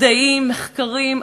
מדעיים ומחקריים.